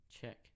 check